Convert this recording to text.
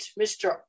Mr